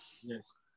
yes